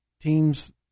teams